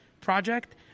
project